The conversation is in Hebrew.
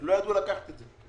אבל לא ידעו לקחת את זה.